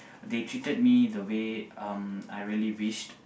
they treated me the way um I really wished